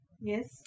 Yes